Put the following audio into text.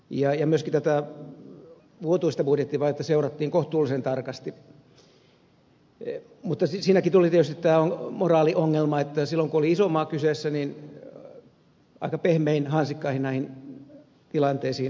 myöskin tätä vuotuista budjettivajetta seurattiin kohtuullisen tarkasti mutta siinäkin tuli tietysti tämä moraaliongelma että silloin kun oli iso maa kyseessä niin aika pehmein hansikkain näihin tilanteisiin tartuttiin